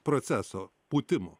proceso pūtimo